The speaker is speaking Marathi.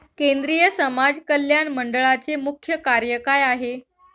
केंद्रिय समाज कल्याण मंडळाचे मुख्य कार्य काय आहे?